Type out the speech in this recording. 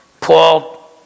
Paul